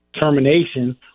termination